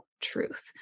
truth